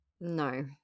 No